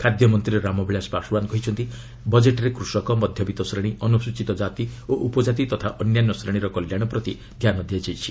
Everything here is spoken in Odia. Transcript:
ଖାଦ୍ୟମନ୍ତ୍ରୀ ରାମବିଳାଶ ପାଶ୍ୱାନ୍ କହିଛନ୍ତି ବଜେଟ୍ରେ କୃଷକ ମଧ୍ୟବିତ୍ତ ଶ୍ରେଣୀ ଅନୁସ୍ଚିତ କାତି ଓ ଉପଜାତି ତଥା ଅନ୍ୟାନ୍ୟ ଶ୍ରେଣୀର କଲ୍ୟାଣ ପ୍ରତି ଧ୍ୟାନ ଦିଆଯାଇଛି